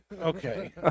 Okay